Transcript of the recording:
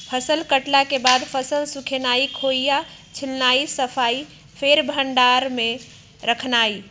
फसल कटला के बाद फसल सुखेनाई, खोइया छिलनाइ, सफाइ, फेर भण्डार में रखनाइ